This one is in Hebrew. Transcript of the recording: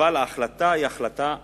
אבל ההחלטה היא החלטה רעה.